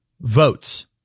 votes